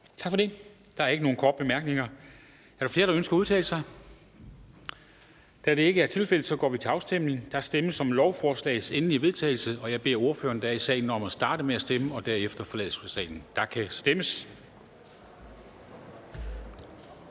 Tak for det. Der er ikke nogen korte bemærkninger. Er der flere, der ønsker at udtale sig? Da det ikke er tilfældet, går vi til afstemning. Kl. 23:39 Afstemning Formanden (Henrik Dam Kristensen): Der stemmes om lovforslagets endelige vedtagelse, og jeg beder ordførerne, der er i salen, om at starte med at stemme og derefter forlade salen. Der kan stemmes.